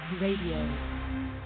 Radio